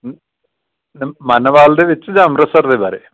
ਮਾਨਵਵਾਲ ਦੇ ਵਿੱਚ ਜਾਂ ਅੰਮ੍ਰਿਤਸਰ ਦੇ ਬਾਰੇ